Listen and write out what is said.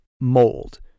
mold